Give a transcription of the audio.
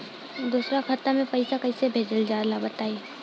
दोसरा खाता में पईसा कइसे भेजल जाला बताई?